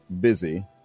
busy